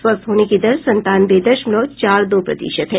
स्वस्थ होने की दर संतानवे दशमलव चार दो प्रतिशत है